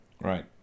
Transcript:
right